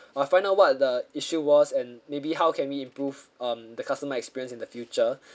uh find out what the issue was and maybe how can we improve um the customer experience in the future